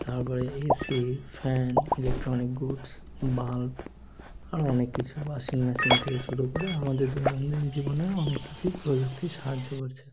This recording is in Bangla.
তার পরে A C fan electronic goods bulb আরও অনেক কিছু ওয়াশিং মেশিন থেকে শুরু করে আমাদের দৈনন্দিন জীবনের অনেক কিছুই প্রযুক্তি সাহায্য করছে